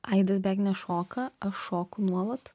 aidas beveik nešoka aš šoku nuolat